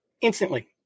instantly